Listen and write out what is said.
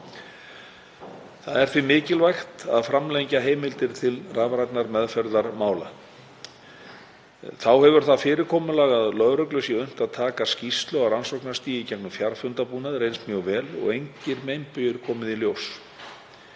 Það er því mikilvægt að framlengja heimildir til rafrænnar meðferðar mála. Þá hefur það fyrirkomulag að lögreglu sé unnt að taka skýrslu á rannsóknarstigi í gegnum fjarfundabúnað reynst mjög vel og engir meinbugir komið í ljós.